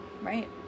Right